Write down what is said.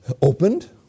Opened